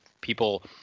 people